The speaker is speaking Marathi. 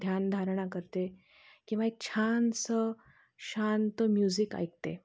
ध्यानधारणा करते किंवा एक छानसं शांत म्युझिक ऐकते